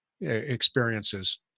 experiences